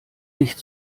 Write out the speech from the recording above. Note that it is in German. nicht